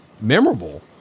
memorable